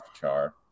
Char